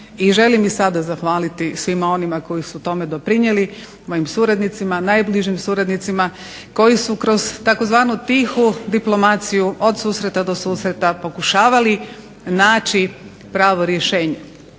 i želim sada zahvaliti svima onima koji su tome doprinijeli, mojim suradnicima, najbližim suradnicima koji su kroz tzv. tihu diplomaciju, od susreta do susreta pokušavali naći pravo rješenje.